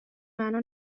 منو